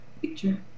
picture